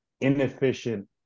inefficient